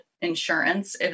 insurance